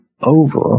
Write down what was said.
over